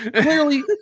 clearly